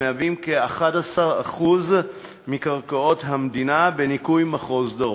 המהווים כ-11% מקרקעות המדינה, בניכוי מחוז דרום,